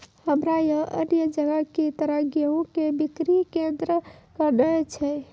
हमरा यहाँ अन्य जगह की तरह गेहूँ के बिक्री केन्द्रऽक नैय छैय?